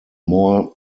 more